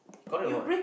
correct what